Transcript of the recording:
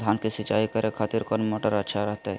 धान की सिंचाई करे खातिर कौन मोटर अच्छा रहतय?